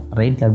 right